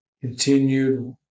continued